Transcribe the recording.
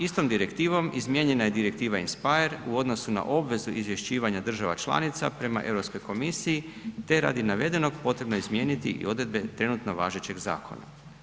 Istom direktivom izmijenjena je Direktiva INSPIRE u odnosu na obvezu izvješćivanja država članica prema Europskoj komisiji te radi navedenog potrebno je i izmijeniti i odredbe trenutno važećeg zakona.